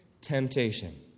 temptation